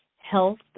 Health